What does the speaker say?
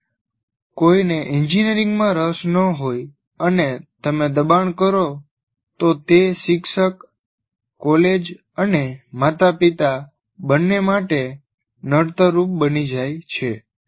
જ્યારે કોઈને એન્જિનિયરિંગમાં રસ ન હોય અને તમે દબાણ કરો તો તે શિક્ષક કોલેજ અને માતાપિતા બંને માટે નડતર રૂપ બની જાય છે